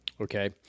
okay